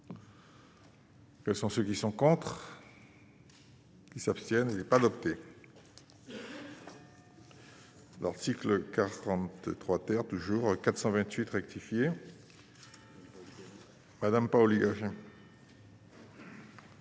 Quels sont ceux qui sont contre ou s'abstiennent, elle n'est pas adopté. L'article 43 terre toujours 428 rectifié. Madame Paoli-Gagin.